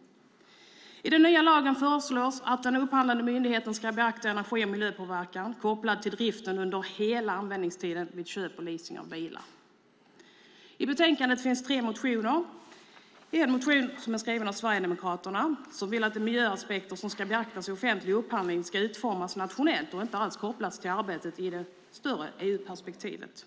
Förslaget till ny lag innebär att den upphandlande myndigheten ska beakta energi och miljöpåverkan kopplad till driften under hela användningstiden vid köp och leasing av bilar. I betänkandet behandlas tre motioner. I en motion från Sverigedemokraterna framgår att de vill att de miljöaspekter som ska beaktas i offentlig upphandling ska utformas nationellt och inte alls kopplas till arbetet i det större EU-perspektivet.